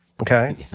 Okay